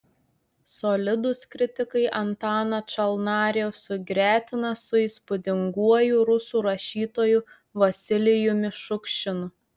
solidūs kritikai antaną čalnarį sugretina su įspūdinguoju rusų rašytoju vasilijumi šukšinu